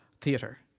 theatre